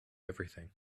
everything